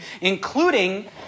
including